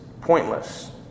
pointless